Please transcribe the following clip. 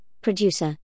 producer